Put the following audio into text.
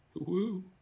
Woo